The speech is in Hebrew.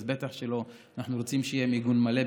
אנחנו רוצים שיהיה מיגון מלא,